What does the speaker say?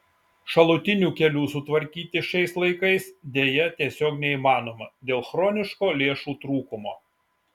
šalutinių kelių sutvarkyti šiais laikais deja tiesiog neįmanoma dėl chroniško lėšų trūkumo